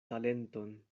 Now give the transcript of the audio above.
talenton